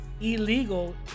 illegal